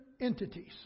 entities